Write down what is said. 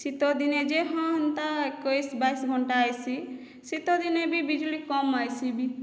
ଶୀତ ଦିନେ ଯେ ହଁ ହେନ୍ତା ଏକୋଇଶ ବାଇଶ ଘଣ୍ଟା ଆଇସି ଶୀତ ଦିନେ ବି ବିଜୁଳି କମ ଆଇସି ବି